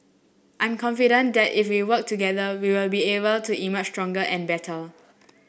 I'm confident that that if we work together we will be able to emerge stronger and better